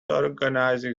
organising